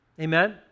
Amen